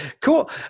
Cool